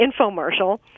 infomercial